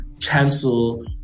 cancel